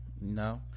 no